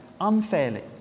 unfairly